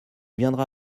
viendra